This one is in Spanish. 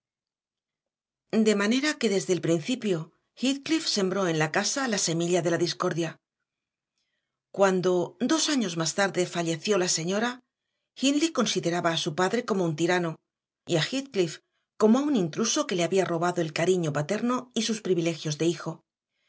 de manera que desde el principio heathcliff sembró en la casa la semilla de la discordia cuando dos años más tarde falleció la señora hindley consideraba a su padre como un tirano y a heathcliff como a un intruso que le había robado el cariño paterno y sus privilegios de hijo